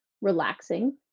relaxing